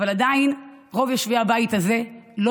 אבל עדיין רוב יושבי הבית הזה לא